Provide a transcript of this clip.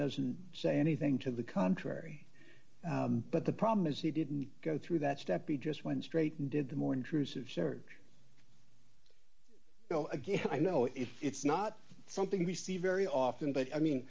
doesn't say anything to the contrary but the problem is he didn't go through that step he just went straight and did the more intrusive search you know again i know it's it's not something we see very often but i mean